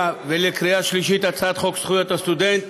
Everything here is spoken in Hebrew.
ולקריאה שלישית את הצעת חוק זכויות הסטודנט